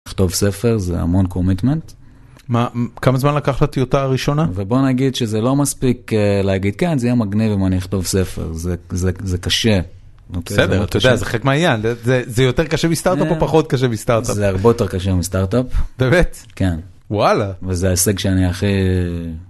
לכתוב ספר זה המון commitments. מה, כמה זמן לקח לטיוטה הראשונה? ובוא נגיד שזה לא מספיק להגיד כן, זה יהיה מגניב אם אני אכתוב ספר, זה קשה. בסדר, אתה יודע, זה חלק מהעניין, זה יותר קשה מסטארט-אפ או פחות קשה מסטארט-אפ? זה הרבה יותר קשה מסטארט-אפ. באמת? כן. וואלה. וזה ההישג שאני הכי...